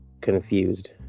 confused